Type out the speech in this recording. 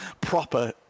proper